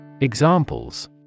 Examples